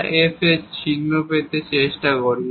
এই Δ f এর চিহ্ন পেতে চেষ্টা করি